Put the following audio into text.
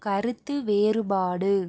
கருத்து வேறுபாடு